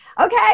Okay